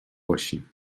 باشیم